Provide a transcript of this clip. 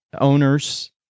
owners